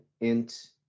int